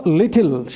little